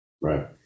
Right